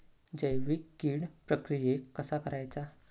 जैविक कीड प्रक्रियेक कसा करायचा?